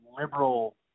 liberal